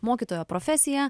mokytojo profesiją